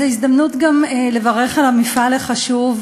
זו הזדמנות גם לברך על המפעל החשוב,